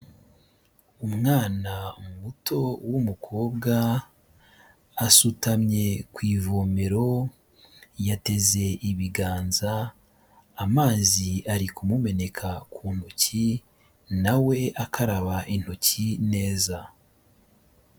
Umwana muto w'umukobwa asutamye ku ivomero, yateze ibiganza amazi ari kumumeneka ku ntoki na we akaraba intoki neza.